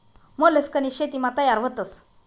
मोलस्कनी शेतीमा तयार व्हतस